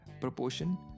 proportion